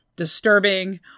disturbing